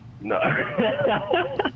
No